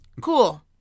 cool